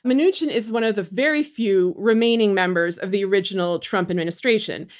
um mnuchin is one of the very few remaining members of the original trump administration.